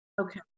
Okay